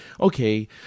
okay